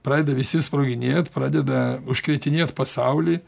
pradeda visi sproginėt pradeda užkrėtinėt pasaulį